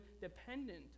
dependent